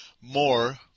more